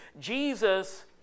Jesus